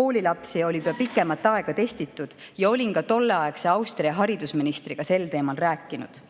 koolilapsi oli pikemat aega testitud, ja olin ka tolleaegse Austria haridusministriga sel teemal rääkinud.